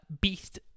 Beast